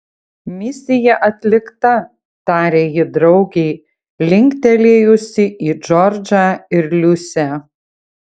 misija atlikta tarė ji draugei linktelėjusi į džordžą ir liusę